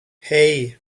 hei